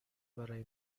برای